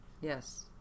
Yes